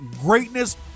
greatness